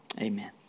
amen